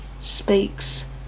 speaks